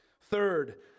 Third